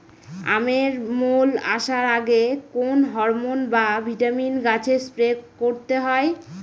আমের মোল আসার আগে কোন হরমন বা ভিটামিন গাছে স্প্রে করতে হয়?